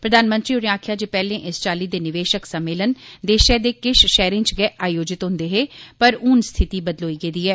प्रधानमंत्री होरें आक्खेआ जे पैहले इस चाल्ली दे निवेशक सम्मेलन देशै दे किश शैहरें च गै आयोजित होंदे हे पर हन स्थिति बदलोई गेदी ऐ